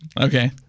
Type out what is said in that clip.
Okay